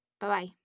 Bye-bye